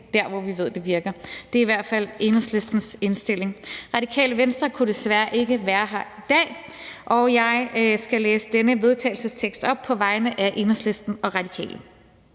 der, hvor vi ved det virker. Det er i hvert fald Enhedslistens indstilling. Radikale Venstre kunne desværre ikke være her i dag, og jeg skal læse denne vedtagelsestekst op på vegne af Enhedslisten og Radikale: